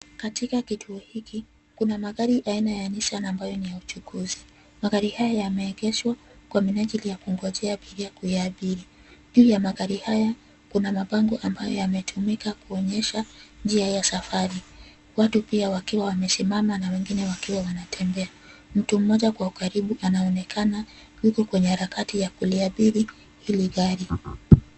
Katika kituo hiki kuna magari ya nissan ambayo ni ya uchukuzi. Magari haya yameegeshwa kwa minajili ya kungojea abiria kuyaabiri. Juu ya magari haya kuna mabango ambayo yametumika kuonyesha njia ya safari. Watu pia wakiwa wamesimama na wengine wakiwa wanatembea. Mtu mmoja kwa ukaribu anaonekana, yuko kwenye harakati ya kuliabiri hili gari.